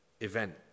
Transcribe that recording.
event